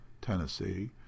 Tennessee